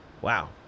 wow